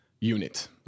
unit